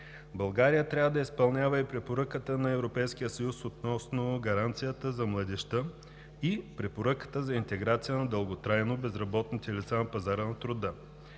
България трябва да изпълнява и Препоръката на Европейския съюз относно Гаранцията за младежта и Препоръката за интеграция на дълготрайно безработните лица на пазара на труда.